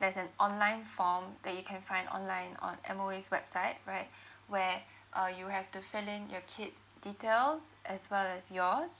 there's an online form that you can find online on M_O_E's website right where uh you have to fill in your kid's details as well as yours